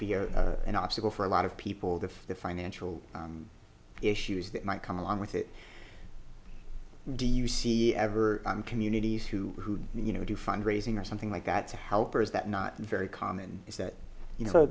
be an obstacle for a lot of people that the financial issues that might come along with it do you see ever on communities who you know do fundraising or something like got to help or is that not very common is that you know